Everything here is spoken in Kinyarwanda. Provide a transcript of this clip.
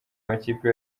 amakipe